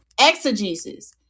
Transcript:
exegesis